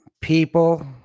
people